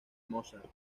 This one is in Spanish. mozart